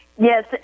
yes